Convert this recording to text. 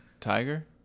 Tiger